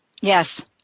Yes